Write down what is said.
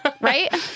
Right